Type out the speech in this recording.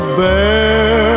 bear